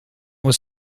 was